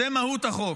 זו מהות החוק,